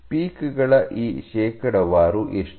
peak ಗಳ ಈ ಶೇಕಡಾವಾರು ಎಷ್ಟು